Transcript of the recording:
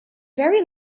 very